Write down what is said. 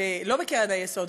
היית, לא בקרן היסוד.